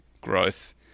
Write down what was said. growth